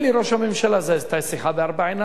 זאת היתה שיחה בארבע עיניים.